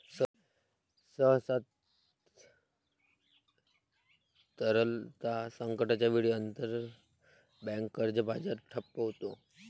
सहसा, तरलता संकटाच्या वेळी, आंतरबँक कर्ज बाजार ठप्प होतो